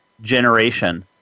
generation